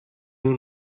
nur